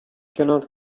cannot